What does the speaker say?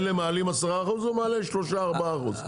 אלה מעלים 10%, הוא מעלה 3-4 אחוז.